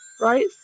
right